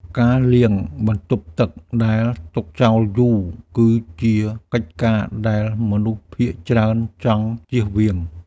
ការលាងបន្ទប់ទឹកដែលទុកចោលយូរ គឺជាកិច្ចការដែលមនុស្សភាគច្រើនចង់ជៀសវាង។